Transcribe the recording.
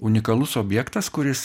unikalus objektas kuris